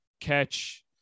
catch